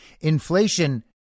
Inflation